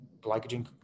glycogen